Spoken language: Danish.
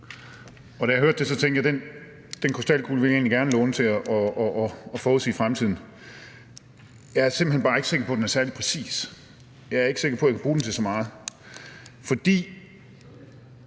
Da jeg hørte det, tænkte jeg, at den krystalkugle ville jeg egentlig gerne låne til at forudsige fremtiden. Jeg er simpelt hen bare ikke sikker på, at den er særlig præcis; jeg er ikke sikker på, at jeg kan bruge den til så meget. For